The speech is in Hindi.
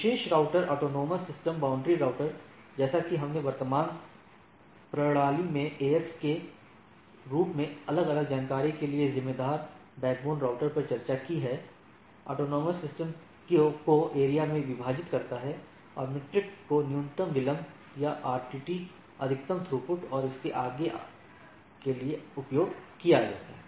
विशेष router autonomous system boundary router जैसा कि हमने वर्तमान प्रणाली में एएस के रूप में अलग अलग जानकारी के लिए जिम्मेदार बैकबोन राउटर पर चर्चा की है एएस को एरिया में विभाजित करता है और मीट्रिक को न्यूनतम विलंब या आरटीटी अधिकतम थ्रूपुट और इसके आगे के लिए उपयोग किया जाता है